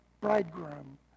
bridegroom